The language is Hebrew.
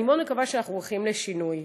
אני מאוד מקווה שאנחנו הולכים לשינוי.